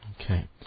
Okay